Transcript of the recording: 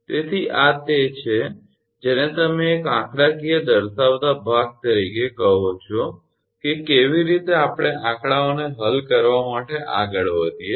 તેથી આ તે છે જેને તમે એક આંકડાકીય દર્શાવતા ભાગ તરીકે કહો છો કે કેવી રીતે આપણે આંકડાઓને હલ કરવા માટે આગળ વધીએ